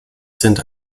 sind